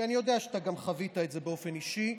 כי אני יודע שאתה גם חווית באופן אישי,